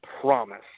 promise